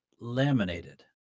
laminated